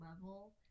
level